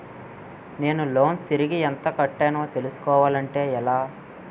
నేను లోన్ తిరిగి ఎంత కట్టానో తెలుసుకోవాలి అంటే ఎలా?